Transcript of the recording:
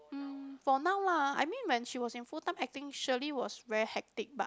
mm for now lah I mean when she was in full time acting surely was very hectic but